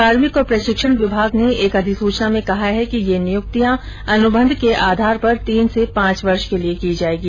कार्मिक और प्रशिक्षण विभाग ने एक अधिसूचना में कहा है कि ये नियुक्तियां अनुबंध के आधार पर तीन से पांच वर्ष के लिए की जाएगी